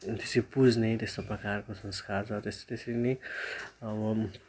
त्यसरी पुज्ने त्यस्तो प्रकारको संस्कार छ त्यस त्यसरी नै अब